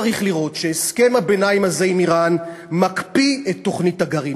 צריך לראות שהסכם הביניים הזה עם איראן מקפיא את תוכנית הגרעין.